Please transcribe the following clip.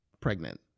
pregnant